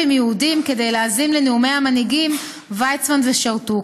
יהודים כדי להאזין לנאומי המנהיגים ויצמן ושרתוק.